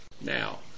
Now